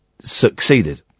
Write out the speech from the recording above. succeeded